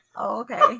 okay